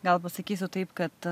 gal pasakysiu taip kad